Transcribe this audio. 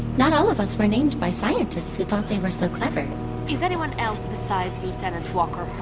not all of us were named by scientists who thought they were so clever is anyone else besides lieutenant walker